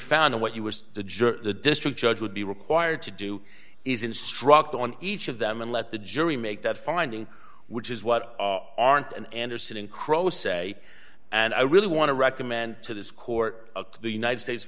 found or what you were the jury the district judge would be required to do is instruct on each of them and let the jury make that finding which is what aren't and anderson and crows say and i really want to recommend to this court of the united states